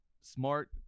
smart